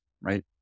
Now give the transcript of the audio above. right